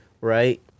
right